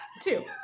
Two